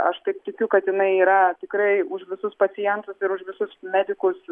aš taip tikiu kad jinai yra tikrai už visus pacientus ir už visus medikus